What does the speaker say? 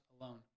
alone